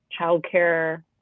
childcare